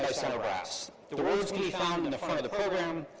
but center brass. the words can be found in the front of the program.